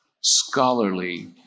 scholarly